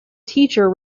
teacher